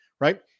right